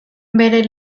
bere